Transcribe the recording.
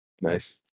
Nice